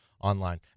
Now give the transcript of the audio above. online